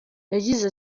yagize